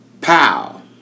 pow